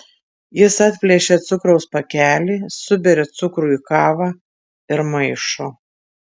jis atplėšia cukraus pakelį suberia cukrų į kavą ir maišo